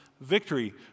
victory